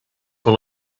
will